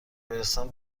دبیرستان